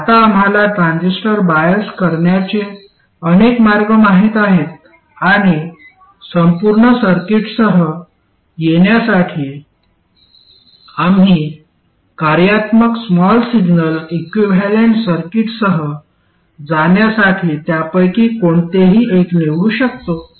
आता आम्हाला transistor bias करण्याचे अनेक मार्ग माहित आहेत आणि संपूर्ण सर्किटसह येण्यासाठी आम्ही कार्यात्मक स्मॉल सिग्नल इक्विव्हॅलेंट सर्किटसह जाण्यासाठी त्यापैकी कोणतेही एक निवडू शकतो